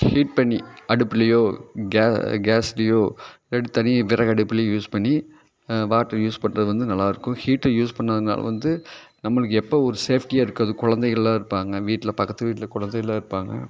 heat பண்ணி அடுப்பிலயோ கே கேஸ்லியோ இல்லாட்டி தனி விறகு அடுப்புலயோ யூஸ் பண்ணி வாட்டர் யூஸ் பண்ணுறது வந்து நல்லா இருக்கும் ஹீட்ரு யூஸ் பண்ணதுனால வந்து நம்மளுக்கு எப்போது ஒரு ஸேஃப்டியாக இருக்கிறது குழந்தைகளெலாம் இருப்பாங்க வீட்டில் பக்கத்து வீட்டில் குழந்தைகளெலாம் இருப்பாங்க